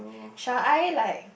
shall I like